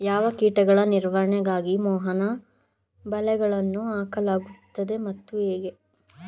ಯಾವ ಕೀಟಗಳ ನಿವಾರಣೆಗಾಗಿ ಮೋಹನ ಬಲೆಗಳನ್ನು ಹಾಕಲಾಗುತ್ತದೆ ಮತ್ತು ಹೇಗೆ?